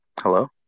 Hello